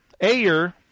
Ayer